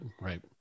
right